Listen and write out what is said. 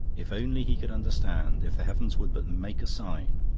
if only he could understand, if the heavens would but make a sign!